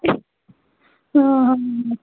ಹೂಂ